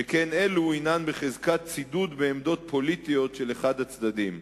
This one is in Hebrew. שכן אלו הן בחזקת צידוד בעמדות פוליטיות של אחד הצדדים.